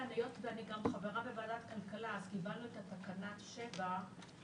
היות שאני גם חברה בוועדת הכלכלה קיבלנו את תקנה 7 שאומרת: